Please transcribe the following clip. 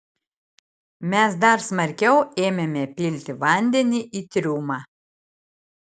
mes dar smarkiau ėmėme pilti vandenį į triumą